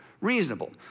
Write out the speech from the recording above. reasonable